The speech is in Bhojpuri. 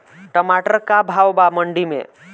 टमाटर का भाव बा मंडी मे?